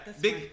Big